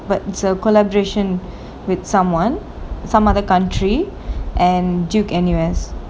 but it's a collaboration with someone some other country and duke N_U_S